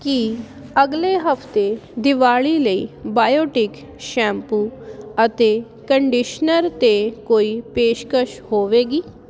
ਕੀ ਅਗਲੇ ਹਫ਼ਤੇ ਦੀਵਾਲੀ ਲਈ ਬਾਇਓਟਿਕ ਸ਼ੈਂਪੂ ਅਤੇ ਕੰਡੀਸ਼ਨਰ ਤੇ ਕੋਈ ਪੇਸ਼ਕਸ਼ ਹੋਵੇਗੀ